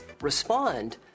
respond